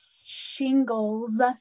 shingles